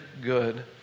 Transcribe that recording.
good